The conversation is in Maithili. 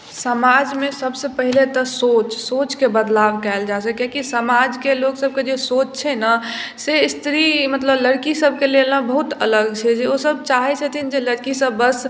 समाजमे सबसे पहिले तऽ सोचके बदलाव कएल जाइ छै किए कि समाजके लोक सबके जे सोच छै ने से इस्तरी मतलब लड़की सबके लेल बहुत अलग छै जे ओ सब चाहै छथिन जे लड़की सब बस